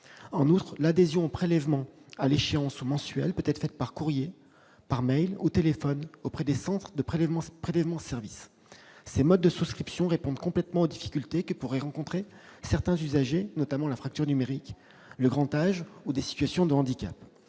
En outre, l'adhésion au prélèvement à l'échéance mensuelle peut être faite par courrier, mail ou téléphone auprès des centres prélèvement service. Ces modes de souscription répondent complètement aux difficultés que pourraient rencontrer certains usagers, notamment la fracture numérique, le grand âge ou des situations de handicap.